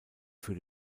für